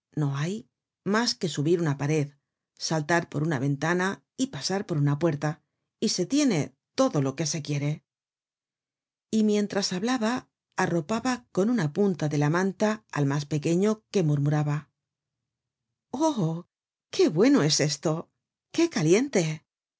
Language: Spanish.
lleno nay no hay mas que subir una pared saltar por una ventana y pasar por una puerta y se tiene todo lo que se quiere y mientras hablaba arropaba con una punta de la manta al mas pequeño que murmuraba oh que bueno es esto qué